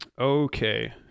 okay